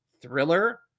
thriller